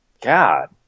God